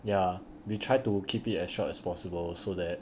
ya we try to keep it as short as possible so that